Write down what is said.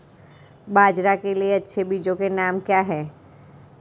बाजरा के लिए अच्छे बीजों के नाम क्या हैं?